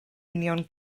union